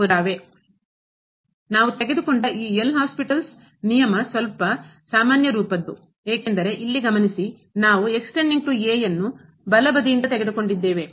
0 ನಾವು ತೆಗೆದುಕೊಂಡ ಈ L ಹಾಸ್ಪಿಟಲ್ಸ್ ನಿಯಮ ಸ್ವಲ್ಪ ಸಾಮಾನ್ಯ ರೂಪದ್ದು ಏಕೆಂದರೆ ಇಲ್ಲಿ ಗಮನಿಸಿ ನಾವು ಯನ್ನು ಬಲ ಬದಿಯಿಂದ ತೆಗೆದುಕೊಂಡಿದ್ದೇವೆ